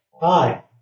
Hi